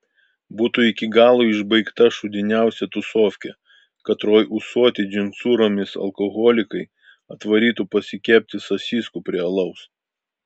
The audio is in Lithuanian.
būtų iki galo išbaigta šūdiniausia tūsofkė katroj ūsuoti džinsūromis alkoholikai atvarytų pasikepti sasyskų prie alaus